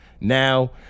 now